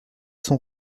son